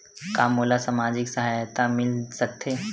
का मोला सामाजिक सहायता मिल सकथे?